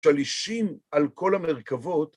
‫שלישים על כל המרכבות.